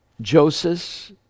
Joseph